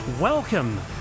Welcome